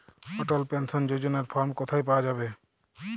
অটল pension যোজনার form কোথায় পাওয়া যাবে?